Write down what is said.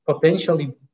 potentially